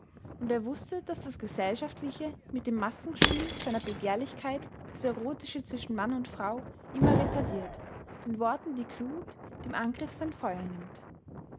und er wußte daß das gesellschaftliche mit dem maskenspiel seiner begehrlichkeit das erotische zwischen mann und frau immer retardiert den worten die glut dem angriff sein feuer nimmt